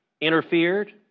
interfered